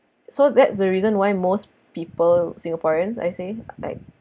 so that's the reason why most people singaporeans I say like